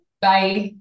Bye